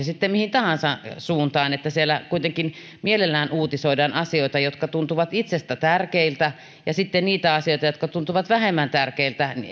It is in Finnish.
sitten mihin tahansa suuntaan että siellä kuitenkin mielellään uutisoidaan asioita jotka tuntuvat itsestä tärkeiltä ja sitten niitä asioita jotka tuntuvat vähemmän tärkeiltä